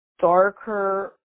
darker